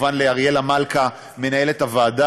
מי שהוביל את העבודה המקצועית היה מנכ"ל משרדה יוסי שרעבי וצוותו.